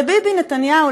לביבי נתניהו,